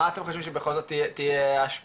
מה אתם חושבים שבכל זאת תהיה ההשפעה,